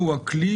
כסף.